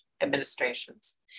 administrations